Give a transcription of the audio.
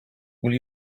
will